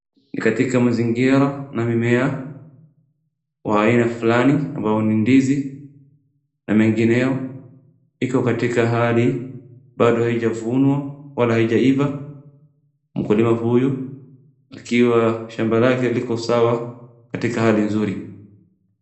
Ni katika mazingira na mimea wa aina fulani ambao ni ndizi, na mengineo, iko katika hali bado haijavunwa, wala haijaiva, mkulima huyu akiwa shamba lake liko sawa katika hali nzuri.